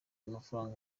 amafaranga